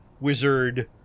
wizard